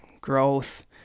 growth